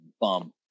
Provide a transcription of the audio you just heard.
bum